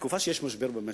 בתקופה שיש משבר במשק,